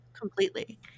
completely